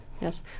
Yes